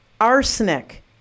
arsenic